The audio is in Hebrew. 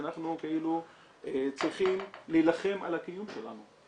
שאנחנו צריכים להילחם על הקיום שלנו.